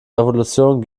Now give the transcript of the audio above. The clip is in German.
revolution